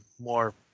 more